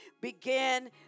begin